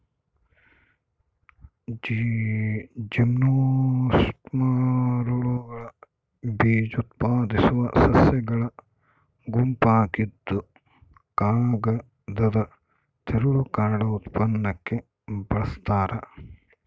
ಜಿಮ್ನೋಸ್ಪರ್ಮ್ಗಳು ಬೀಜಉತ್ಪಾದಿಸೋ ಸಸ್ಯಗಳ ಗುಂಪಾಗಿದ್ದುಕಾಗದದ ತಿರುಳು ಕಾರ್ಡ್ ಉತ್ಪನ್ನಕ್ಕೆ ಬಳಸ್ತಾರ